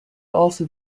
also